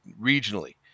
regionally